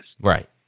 Right